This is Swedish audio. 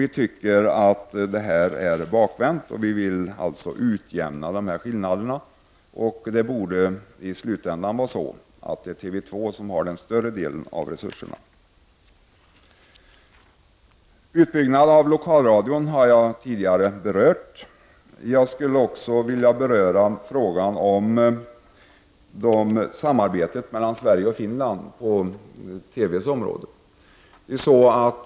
Vi tycker att detta är bakvänt, och vi vill alltså utjämna skillnaderna. Det borde i slutändan vara så att TV 2 får den större delen av resurserna. Jag har tidigare berört utbyggnaden av lokalradion. Jag skulle också vilja beröra frågan om samarbetet mellan Sverige och Finland på TV-området.